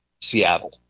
seattle